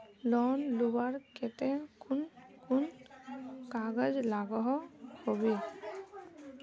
Loan लुबार केते कुन कुन कागज लागोहो होबे?